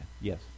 Yes